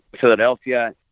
Philadelphia